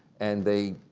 and they